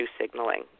signaling